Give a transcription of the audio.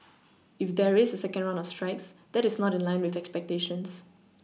if there is a second round of strikes that is not in line with expectations